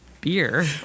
beer